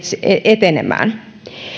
etenemään